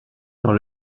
dans